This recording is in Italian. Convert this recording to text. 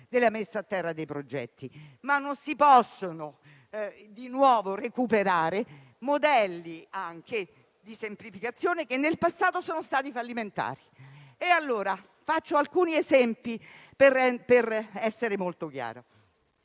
della messa a terra dei progetti, ma non si possono di nuovo recuperare modelli, anche di semplificazione, che nel passato sono stati fallimentari. Faccio alcuni esempi per essere molto chiara.